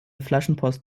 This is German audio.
flaschenpost